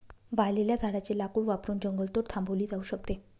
वाळलेल्या झाडाचे लाकूड वापरून जंगलतोड थांबवली जाऊ शकते